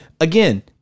again